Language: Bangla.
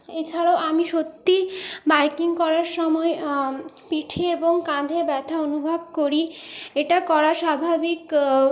এছাড়াও আমি সত্যিই বাইকিং করার সময় পিঠে এবং কাঁধে ব্যথা অনুভব করি এটা করা স্বাভাবিক